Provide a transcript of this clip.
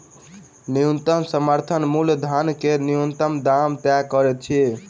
न्यूनतम समर्थन मूल्य धान के न्यूनतम दाम तय करैत अछि